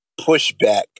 pushback